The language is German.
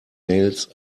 mails